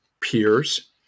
peers